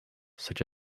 such